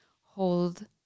hold